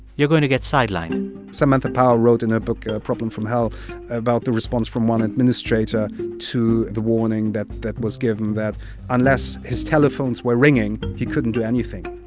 you're going to get sidelined samantha power wrote in her book a problem from hell about the response from one administrator to the warning that that was given that unless his telephones were ringing, he couldn't do anything.